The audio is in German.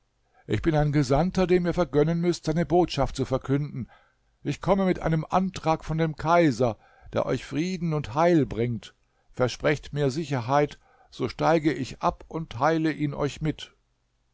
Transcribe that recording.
ich bin ein gesandter dem ihr vergönnen müßt seine botschaft zu verkünden ich komme mit einem antrag von dem kaiser der euch frieden und heil bringt versprecht mir sicherheit so steige ich ab und teile ihn euch mit